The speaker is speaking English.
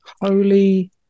Holy